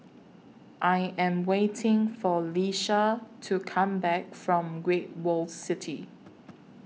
I Am waiting For Leisha to Come Back from Great World City